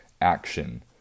action